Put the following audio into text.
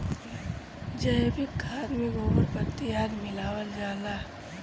जैविक खाद में गोबर, पत्ती आदि मिलावल जाला